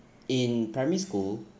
in primary school